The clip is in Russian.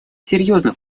серьезных